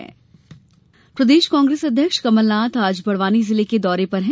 कमलनाथ यात्रा प्रदेश कांग्रेस अध्यक्ष कमलनाथ आज बडवानी जिले के दौरे पर हैं